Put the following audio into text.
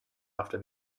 after